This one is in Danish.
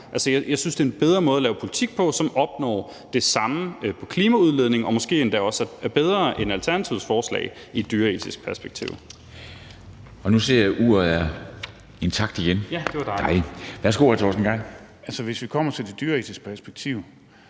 jeg synes, det er en bedre måde at lave politik på, som opnår det samme på klimaudledningen, og som måske endda også er bedre end Alternativets forslag i et dyreetisk perspektiv.